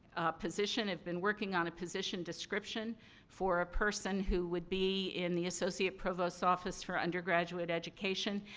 position. i've been working on a position description for a person who would be in the associate provost's office for undergraduate education.